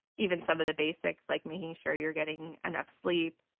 even some of the basics, like making sure you're getting enough sleep.